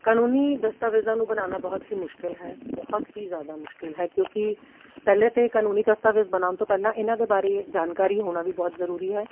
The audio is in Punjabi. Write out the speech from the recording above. ਕਾਨੂੰਨੀ ਦਸਤਾਵੇਜ਼ਾਂ ਨੂੰ ਬਣਾਉਣਾ ਬਹੁਤ ਹੀ ਮੁਸ਼ਕਿਲ ਹੈ ਬਹੁਤ ਹੀ ਜ਼ਿਆਦਾ ਮੁਸ਼ਕਿਲ ਹੈ ਕਿਉਂਕਿ ਪਹਿਲਾਂ ਤਾਂ ਕਾਨੂੰਨੀ ਦਸਤਾਵੇਜ਼ ਬਣਾਉਣ ਤੋਂ ਪਹਿਲਾਂ ਇਹਨਾਂ ਦੇ ਬਾਰੇ ਜਾਣਕਾਰੀ ਹੋਣਾ ਵੀ ਬਹੁਤ ਜ਼ਰੂਰੀ ਹੈ